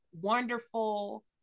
wonderful